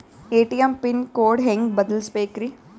ATM pin code ಹೆಂಗ್ ಬದಲ್ಸ್ಬೇಕ್ರಿ?